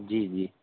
जी जी